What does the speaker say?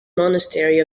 monastery